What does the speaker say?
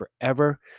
forever